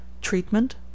Treatment